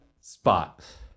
spot